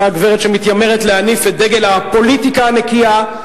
אותה גברת שמתיימרת להניף את דגל הפוליטיקה הנקייה,